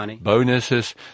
Bonuses